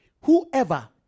Whoever